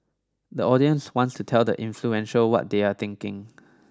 the audience wants to tell the influential what they are thinking